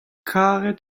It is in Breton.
karet